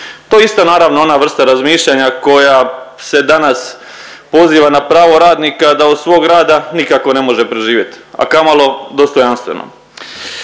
To je isto naravno ona vrsta razmišljanja koja se danas poziva na pravo radnika da od svog rada nikako ne može preživjet, a kamoli dostojanstveno.